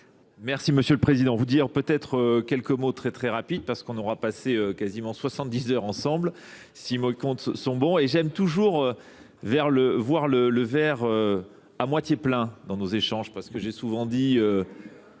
Merci, M. le Président. Je vais vous dire peut-être quelques mots très très rapides parce qu'on aura passé quasiment 70 heures ensemble, si nos comptes sont bons. Et j'aime toujours voir le verre à moitié plein dans nos échanges parce que j'ai souvent dit